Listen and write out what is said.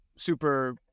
super